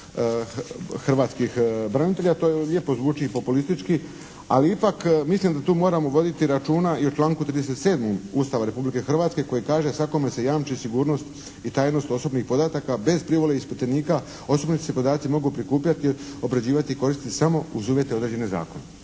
hrvatskih branitelja. To lijepo zvuči i politički, ali ipak mislim da tu moramo voditi računa i o članku 37. Ustava Republike Hrvatske koji kaže svakome se jamči sigurnost i tajnost osobnih podataka bez privole ispitanika osobni se podaci mogu prikupljati, obrađivati i koristiti samo uz uvjete određene zakonom.